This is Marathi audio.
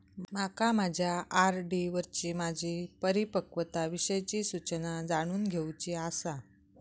माका माझ्या आर.डी वरची माझी परिपक्वता विषयची सूचना जाणून घेवुची आसा